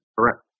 Correct